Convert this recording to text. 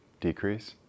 decrease